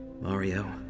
Mario